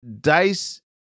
Dice